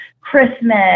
Christmas